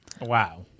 Wow